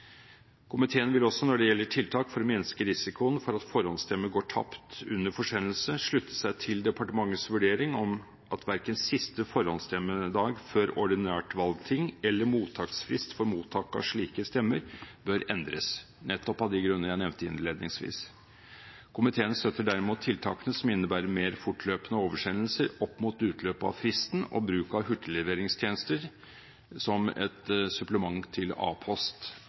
Komiteen vil også når det gjelder tiltak for å minske risikoen for at forhåndsstemmer går tapt under forsendelse, slutte seg til departementets vurdering om at verken siste forhåndsstemmedag før ordinært valgting eller mottaksfrist for mottak av slike stemmer bør endres, nettopp av de grunner jeg nevnte innledningsvis. Komiteen støtter derimot tiltakene som innebærer mer fortløpende oversendelser opp mot utløpet av fristen, og bruk av hurtigleveringstjenester som et supplement til